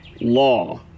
law